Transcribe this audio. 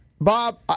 Bob